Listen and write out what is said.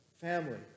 family